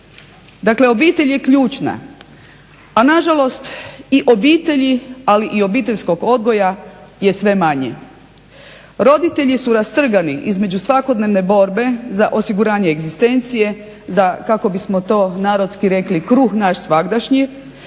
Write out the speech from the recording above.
Dakle, obitelj je ključna, a nažalost i obitelji ali i obiteljskog odgoja je sve manje. Roditelji su rastrgani između svakodnevne borbe za osiguranje egzistencije za kako bismo to narodski rekli kruh naš svagdašnji,